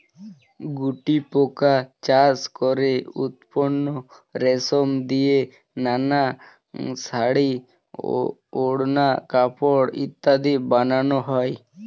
গুটিপোকা চাষ করে উৎপন্ন রেশম দিয়ে নানা শাড়ী, ওড়না, কাপড় ইত্যাদি বানানো হয়